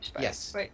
Yes